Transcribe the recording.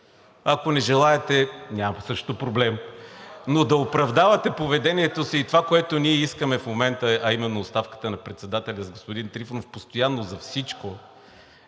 Ако не желаете, няма също проблем, но да оправдавате поведението си и това, което ние искаме в момента, а именно оставката на председателя, постоянно с господин Трифонов за всичко